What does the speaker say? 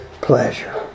pleasure